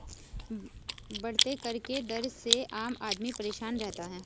बढ़ते कर के दर से आम आदमी परेशान रहता है